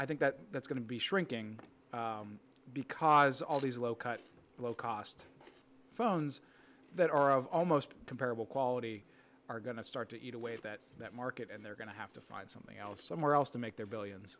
i think that that's going to be shrinking because all these low cut low cost phones that are of almost comparable quality are going to start to eat away that that market and they're going to have to find something else somewhere else to make their billions